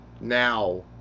Now